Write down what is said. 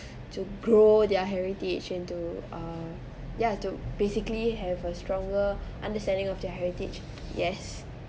to grow their heritage into err ya to basically have a stronger understanding of their heritage yes